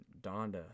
Donda